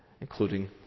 including